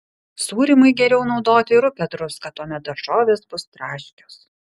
sūrymui geriau naudoti rupią druską tuomet daržovės bus traškios